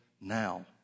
now